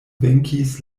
venkis